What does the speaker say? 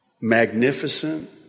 magnificent